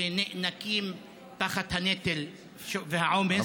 שנאנקים תחת הנטל והעומס,